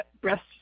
Breast